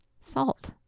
Salt